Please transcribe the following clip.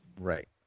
Right